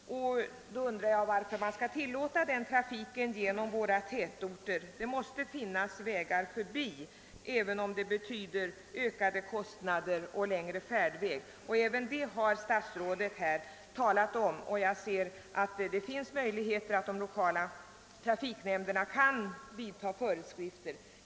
Under sådana förhållanden frågade jag mig varför man skall tillåta den tunga trafiken genom våra tätorter. Det måste finnas möjligheter att leda den förbi dem, även om detta betyder ökade kostnader och längre färdväg ansåg jag. Även det har statsrådet här berört, och jag ser att det finns möjligheter för de lokala trafiknämnderna att utfärda föreskrifter.